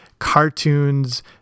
cartoons